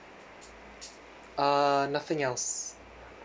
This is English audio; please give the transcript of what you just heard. uh nothing else